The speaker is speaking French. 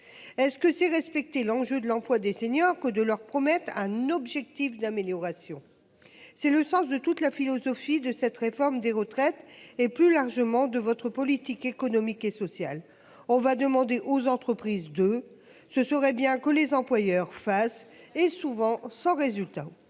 Est-ce que c'est respecter l'enjeu de l'emploi des seniors que de leur promettre un objectif d'amélioration. C'est le sens de toute la philosophie de cette réforme des retraites et plus largement de votre politique économique et sociale. On va demander aux entreprises de ce serait bien que les employeurs fassent et souvent sans résultat.